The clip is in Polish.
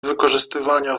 wykorzystywania